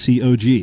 COG